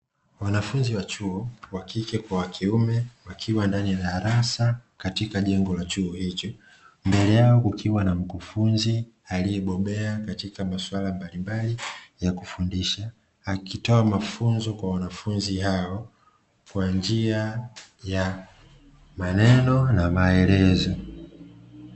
Wanafunzi wa chuo wa kike kwa wa kiume wakiwa ndani ya darasa katika jengo la chuo hicho, mbele yao kukiwa na mkufunzi aliyebobea katika maswala ya kufundisha, akitoa mafunzo kwa wanafunzi hao kwa njia ya maneno na maelezo.